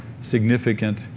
significant